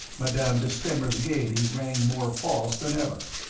madame de stamer's gaiety rang more false than ever.